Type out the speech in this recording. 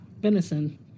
venison